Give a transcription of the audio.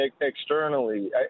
externally